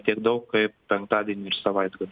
tiek daug kaip penktadienį ir savaitgalį